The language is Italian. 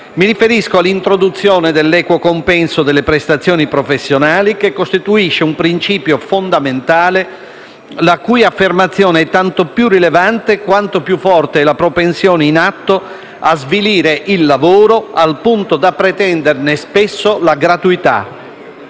Mi riferisco all'introduzione dell'equo compenso delle prestazioni professionali, che costituisce un principio fondamentale, la cui affermazione è tanto più rilevante quanto più forte è la propensione in atto a svilire il lavoro, al punto da pretenderne spesso la gratuità.